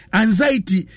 anxiety